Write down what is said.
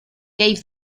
gave